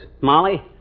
Molly